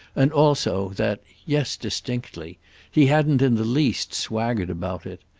and also that yes, distinctly he hadn't in the least swaggered about it.